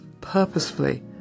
purposefully